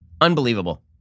Unbelievable